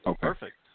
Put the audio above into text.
Perfect